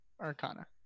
arcana